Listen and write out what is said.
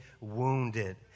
wounded